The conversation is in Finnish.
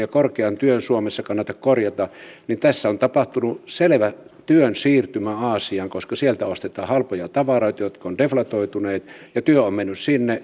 ja korkean työn suomessa kannata korjata tässä on tapahtunut selvä työn siirtymä aasiaan koska sieltä ostetaan halpoja tavaroita jotka ovat deflatoituneet ja työ on mennyt sinne